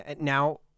Now